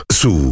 su